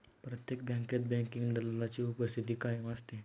प्रत्येक बँकेत बँकिंग दलालाची उपस्थिती कायम असते